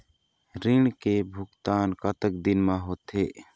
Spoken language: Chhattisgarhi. ऋण के भुगतान कतक दिन म होथे?